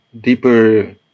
deeper